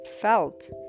felt